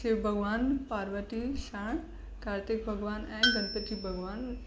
शिव भॻवानु पार्वती सां कार्तिक भॻवानु ऐं गणपति भॻवानु